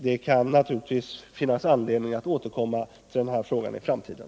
Det kan naturligtvis finnas anledning att återkomma till den här frågan i framtiden.